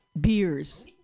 beers